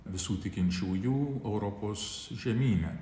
visų tikinčiųjų europos žemyne